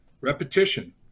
Repetition